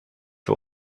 für